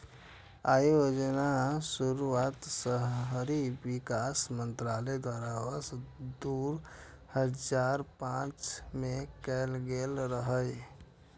अय योजनाक शुरुआत शहरी विकास मंत्रालय द्वारा वर्ष दू हजार पांच मे कैल गेल रहै